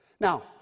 Now